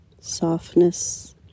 Softness